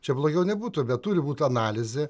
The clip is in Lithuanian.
čia blogiau nebūtų bet turi būt analizė